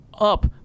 up